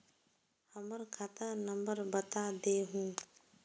हमर खाता नंबर बता देहु?